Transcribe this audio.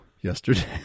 Yesterday